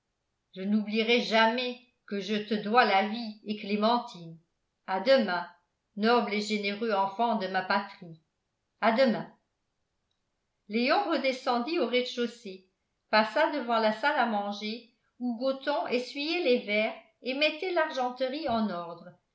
je n'oublierai jamais que je te dois la vie et clémentine à demain noble et généreux enfant de ma patrie à demain léon redescendit au rez-de-chaussée passa devant la salle à manger où gothon essuyait les verres et mettait l'argenterie en ordre